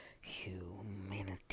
humanity